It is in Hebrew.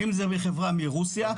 האם זה מחברה מרוסיה,